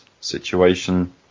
situation